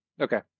Okay